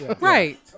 Right